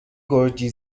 گرجی